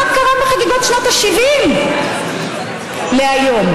מה קרה מחגיגות שנת השבעים עד היום?